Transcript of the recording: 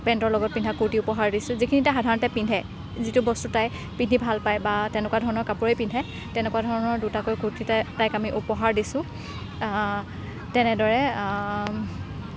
পেণ্টৰ লগত পিন্ধা কুৰ্তি উপহাৰ দিছোঁ যিখিনি তাই সাধাৰণতে পিন্ধে যিটো বস্তু তাই পিন্ধি ভাল পায় বা তেনেকুৱা ধৰণৰ কাপোৰেই পিন্ধে তেনেকুৱা ধৰণৰ দুটাকৈ কুৰ্তি তাই তাইক আমি উপহাৰ দিছোঁ তেনেদৰে